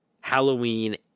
Halloween